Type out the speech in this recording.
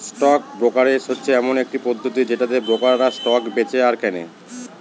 stock brokerage হচ্ছে এমন একটি পদ্ধতি যেটাতে ব্রোকাররা স্টক বেঁচে আর কেনে